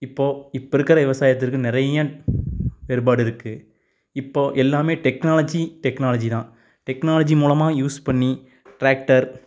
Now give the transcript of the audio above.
இப்போது இப்போ இருக்கிற விவசாயத்திற்கு நிறைய வேறுபாடு இருக்குது இப்போ எல்லாமே டெக்னாலஜி டெக்னாலஜி தான் டெக்னாலஜி மூலமாக யூஸ் பண்ணி டிராக்டர்